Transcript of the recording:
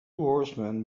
horsemen